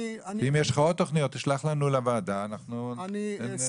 אם יש לך עוד תכניות תשלח לוועדה ואנחנו נעביר את זה.